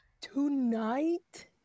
Tonight